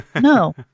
No